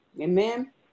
Amen